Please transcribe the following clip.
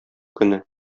көне